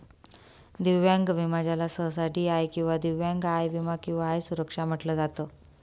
दिव्यांग विमा ज्याला सहसा डी.आय किंवा दिव्यांग आय विमा किंवा आय सुरक्षा म्हटलं जात